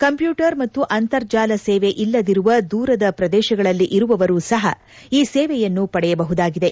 computer ಮತ್ತು ಅಂತರ್ಜಾಲ ಸೇವೆ ಇಲ್ಲದಿರುವ ದೂರದ ಪ್ರದೇಶಗಳಲ್ಲಿ ಇರುವವರೂ ಸಹ ಈ ಸೇವೆಯನ್ನು ಪಡೆಯಬಹುದಾಗಿದೆ